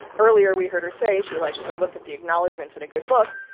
earlier, we heard her say she likes to look at the acknowledgements in a good book.